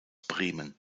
bremen